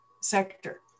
sector